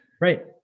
Right